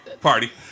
party